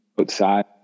outside